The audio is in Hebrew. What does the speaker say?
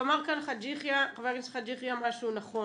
אמר כאן חבר הכנסת חאג' יחיא משהו נכון.